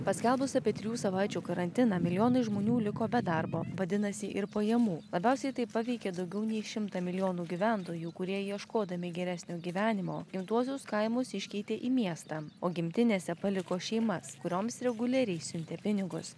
paskelbus apie trijų savaičių karantiną milijonai žmonių liko be darbo vadinasi ir pajamų labiausiai tai paveikė daugiau nei šimtą milijonų gyventojų kurie ieškodami geresnio gyvenimo gimtuosius kaimus iškeitė į miestą o gimtinėse paliko šeimas kurioms reguliariai siuntė pinigus